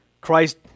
Christ